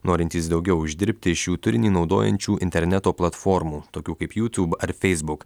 norintys daugiau uždirbti iš jų turinį naudojančių interneto platformų tokių kaip youtube ar facebook